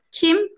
Kim